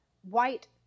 white